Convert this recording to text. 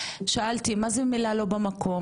שאלתי מה זה מילה לא במקום?